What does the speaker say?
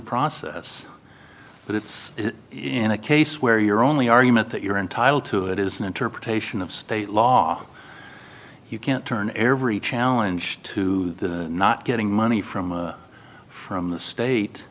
process but it's in a case where your only argument that you're entitled to it is an interpretation of state law you can't turn every challenge to not getting money from a from the state